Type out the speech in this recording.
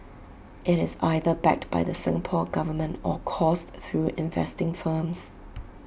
IT is either backed by the Singapore Government or coursed through investing firms